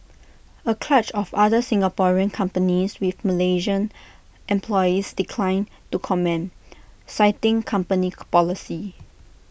A clutch of other Singaporean companies with Malaysian employees declined to comment citing company policy